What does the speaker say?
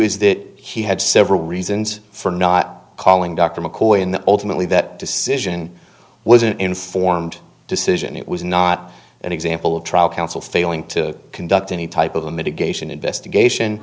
is that he had several reasons for not calling dr mccoy in the ultimately that decision was an informed decision it was not an example of trial counsel failing to conduct any type of a mitigation investigation